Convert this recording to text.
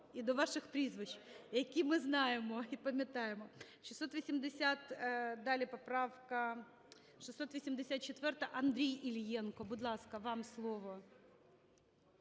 і до ваших прізвищ, які ми знаємо і пам'ятаємо. Далі поправка 684. Андрій Іллєнко, будь ласка, вам слово.